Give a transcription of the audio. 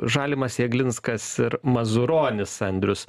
žalimas jeglinskas ir mazuronis andrius